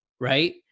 right